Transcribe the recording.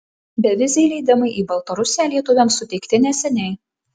beviziai leidimai į baltarusiją lietuviams suteikti neseniai